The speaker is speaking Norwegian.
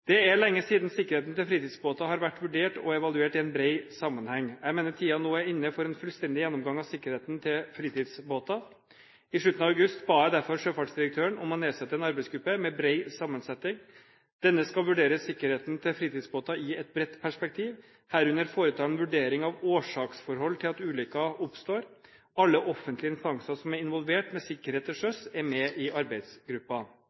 Det er lenge siden sikkerheten til fritidsbåter har vært vurdert og evaluert i en bred sammenheng. Jeg mener tiden nå er inne for en fullstendig gjennomgang av sikkerheten til fritidsbåter. I slutten av august ba jeg derfor sjøfartsdirektøren om å nedsette en arbeidsgruppe med en bred sammensetning. Denne skal vurdere sikkerheten til fritidsbåter i et bredt perspektiv, herunder foreta en vurdering av årsaksforhold til at ulykker oppstår. Alle offentlige instanser som er involvert med sikkerhet til